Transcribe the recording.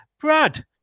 Brad